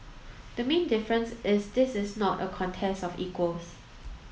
the main difference is this is not a contest of equals